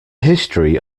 history